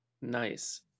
Nice